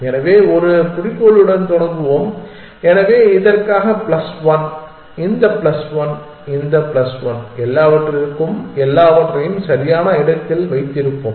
எனவே ஒரு குறிக்கோளுடன் தொடங்குவோம் எனவே இதற்காக பிளஸ் ஒன் இந்த பிளஸ் ஒன் இந்த பிளஸ் ஒன் எல்லாவற்றிற்கும் எல்லாவற்றையும் சரியான இடத்தில் வைத்திருப்போம்